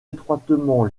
étroitement